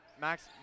Max